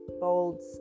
bold